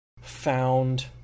found